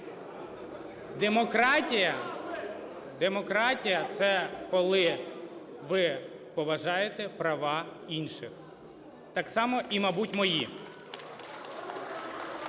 демократія – це, коли ви поважаєте права інших, так само і, мабуть, мої.